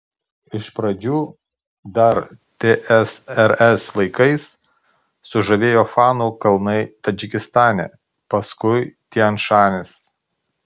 iš pradžių dar tsrs laikais sužavėjo fanų kalnai tadžikistane paskui tian šanis